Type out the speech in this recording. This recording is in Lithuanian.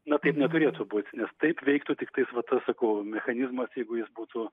na taip neturėtų būti nes taip veiktų tiktais va tas sakau mechanizmas jeigu jis būtų